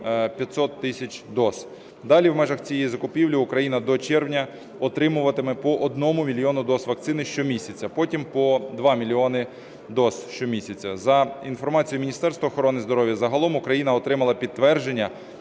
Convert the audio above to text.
Далі в межах цієї закупівлі Україна до червня отримуватиме по 1 мільйону доз вакцини щомісяця, потім по 2 мільйони доз щомісяця. За інформацією Міністерства охорони здоров'я, загалом Україна отримала підтвердження